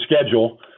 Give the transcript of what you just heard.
schedule